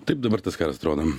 taip dabar tas karas atrodo